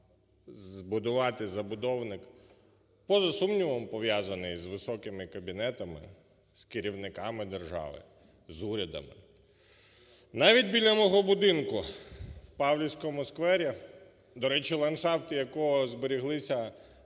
збудувати забудовник, поза сумнівом, пов'язаний з високими кабінетами, з керівниками держави, з урядом. Навіть біля мого будинку, в Павлівському сквері, до речі, ландшафти якого збереглися